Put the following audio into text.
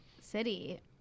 city